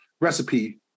recipe